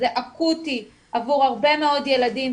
זה אקוטי עבור הרבה מאוד ילדים,